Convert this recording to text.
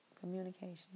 communication